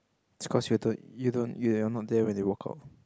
it's cos you were the you don't you're not there when they walk out